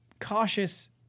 cautious